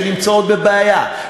שנמצאות בבעיה,